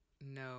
no